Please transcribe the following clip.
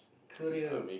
career